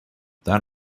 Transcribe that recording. that